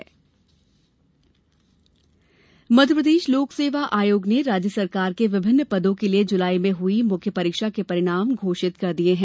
MP PSC परिणाम मध्यप्रदेश लोकसेवा आयोग ने राज्य सरकार के विभिन्न पदों के लिये जुलाई में हुई मुख्य परीक्षा के परिणाम घोषित कर दिये हैं